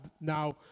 now